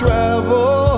Travel